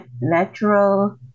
natural